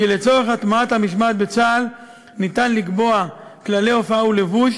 כי לצורך הטמעת המשמעת בצה"ל ניתן לקבוע כללי הופעה ולבוש,